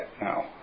now